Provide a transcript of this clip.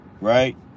right